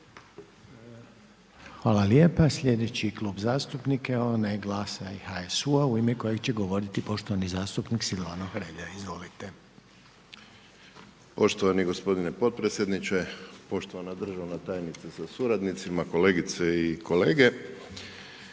Hvala lijepo. Sljedeći Klub zastupnika je onaj GLAS-a i HSU-a u ime kojega će govoriti poštovani zastupnik Silvano Hrelja, izvolite. **Hrelja, Silvano (HSU)** Poštovani gospodine potpredsjedniče, poštovana državna tajnice sa suradnicima, kolegice i kolege.